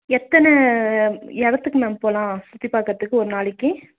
எத்தனை இடத்துக்கு மேம் போகலாம் சுற்றி பார்க்குறதுக்கு ஒரு நாளைக்கு